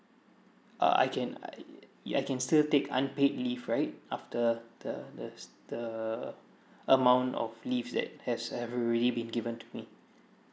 err I can I I can still take unpaid leave right after the the s~ the amount of leaves that has already given to me